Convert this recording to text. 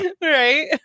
Right